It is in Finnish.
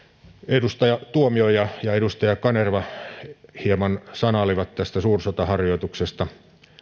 edustaja tuomioja ja edustaja kanerva hieman sanailivat tästä suursotaharjoituksesta